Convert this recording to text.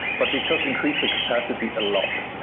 but they just increased the capacity a lot.